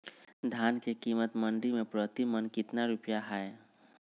धान के कीमत मंडी में प्रति मन कितना रुपया हाय?